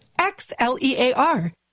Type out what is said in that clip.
X-L-E-A-R